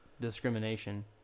discrimination